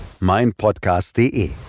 meinpodcast.de